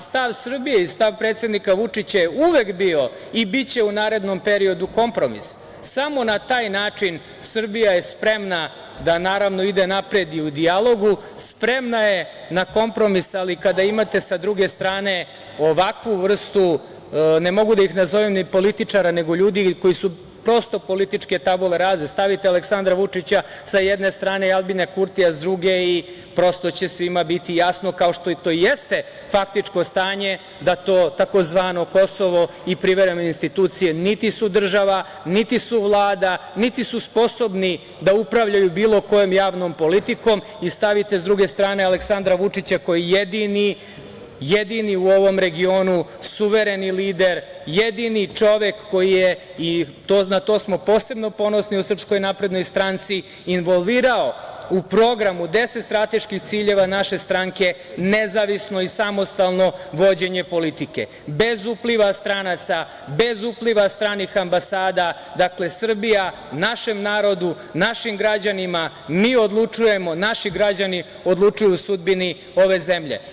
Stav Srbije i stav predsednika Vučića je uvek bio i biće u narednom periodu kompromis, samo na taj način Srbija je spremna da ide napred u dijalogu, spremna je na kompromis, ali kada imate sa druge strane ovakvu vrstu, ne mogu da ih nazovem ni političara, nego ljudi koji su, prosto, političke tabule raze, stavite Aleksandra Vučića sa jedne strane i Aljbina Kurtija s druge i prosto će svima biti jasno, kao što to i jeste faktičko stanje da to, tzv. Kosovo i privremene institucije niti su država, niti su vlada, niti su sposobni da upravljaju bilo kojom javnom politikom i stavite sa druge strane Aleksandra Vučića koji jedini u ovom regionu suvereni lider, jedini čovek koji je, na to smo posebno ponosni u SNS involvirao u program u deset strateških ciljeva naše stranke nezavisno i samostalno vođenje politike, bez upliva stranaca, bez upliva stranih ambasada, dakle Srbija našem narodu, našim građanima, mi odlučujemo, naši građani odlučuju o sudbini ove zemlje.